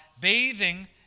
bathing